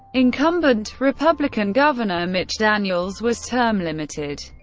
incumbent republican governor mitch daniels was term-limited.